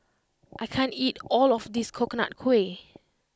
I can't eat all of this Coconut Kuih